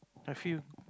I feel